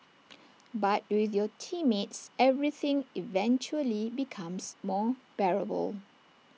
but with your teammates everything eventually becomes more bearable